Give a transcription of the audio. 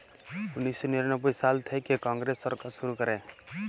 উনিশ শ নিরানব্বই সাল থ্যাইকে কংগ্রেস সরকার শুরু ক্যরে